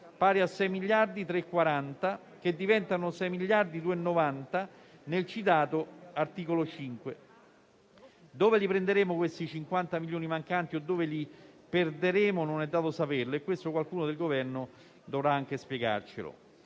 pari a 6,340 miliardi che diventano 6,290 miliardi nel citato articolo 5. Dove li prenderemo questi 50 milioni mancanti o dove li perderemo non è dato saperlo e questo qualcuno del Governo dovrà anche spiegarcelo.